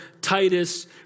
Titus